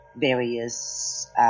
various